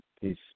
Peace